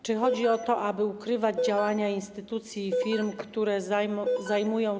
Czy chodzi o to, aby ukrywać działania instytucji i firm, które zajmują się.